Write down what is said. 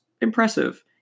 impressive